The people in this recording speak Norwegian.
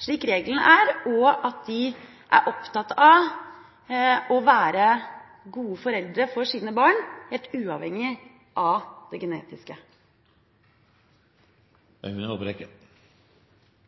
slik regelen er, og at de er opptatt av å være gode foreldre for sine barn, helt uavhengig av det genetiske.